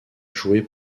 jouée